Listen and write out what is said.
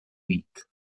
week